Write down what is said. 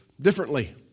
differently